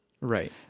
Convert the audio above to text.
Right